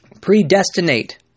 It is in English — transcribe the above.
Predestinate